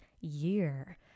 year